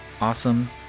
awesome